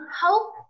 help